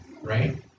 right